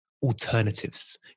alternatives